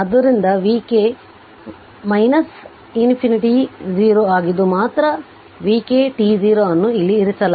ಆದ್ದರಿಂದ vk ಅನಂತ 0 ಆಗಿದ್ದು ಮಾತ್ರ vk t0 ಅನ್ನು ಇಲ್ಲಿ ಇರಿಸಲಾಗಿದೆ